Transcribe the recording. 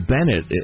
Bennett